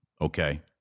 Okay